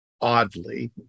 oddly